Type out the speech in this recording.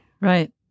Right